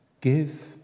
Give